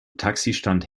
taxistand